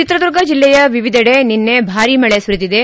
ಚಿತ್ರದುರ್ಗ ಜಿಲ್ಲೆಯ ವಿವಿಧೆಡೆ ನಿನ್ನೆ ಭಾರೀ ಮಳೆ ಸುರಿದಿದೆ